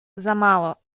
замало